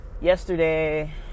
yesterday